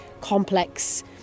complex